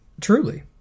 Truly